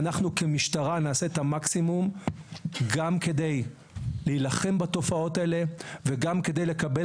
ואנחנו כמשטרה נעשה את המקסימום גם כדי להילחם בתופעות האלה וגם כדי לקבל